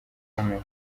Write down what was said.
ukomeye